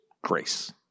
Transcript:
grace